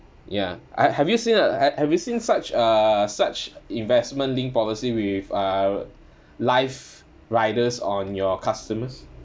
ya I have you seen uh have you seen such uh such investment linked policy with uh life riders on your customers